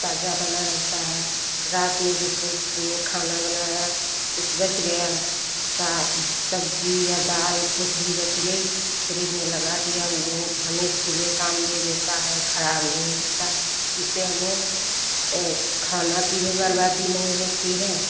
ताजा बना रहता है रात में जैसे हमने खाना बनाया कुछ बच गया सा सब्जी या दाल कुछ भी बच गई फ्रिज में लगा दिया वो हमें सुबह काम दे देता है खराब नहीं होता इससे हमें खाना की भी बर्बादी नहीं होती है